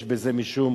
יש בזה משום